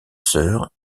sœurs